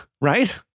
right